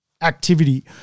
activity